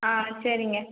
ஆ சரிங்க